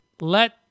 let